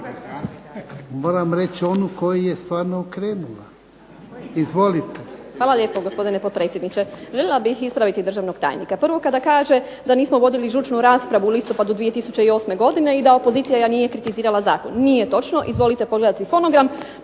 Moram reći onu koju je stvarno okrenula. Izvolite.